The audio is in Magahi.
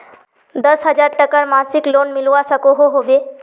दस हजार टकार मासिक लोन मिलवा सकोहो होबे?